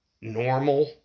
normal